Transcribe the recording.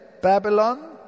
Babylon